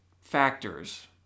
factors